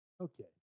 Okay